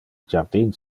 jardin